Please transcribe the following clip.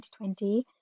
2020